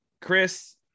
Chris